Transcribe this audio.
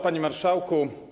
Panie Marszałku!